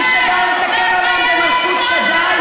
מי שבא לתקן עולם במלכות שדי,